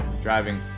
driving